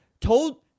told